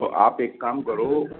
तो आप एक काम करो